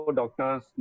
doctors